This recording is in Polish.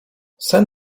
sen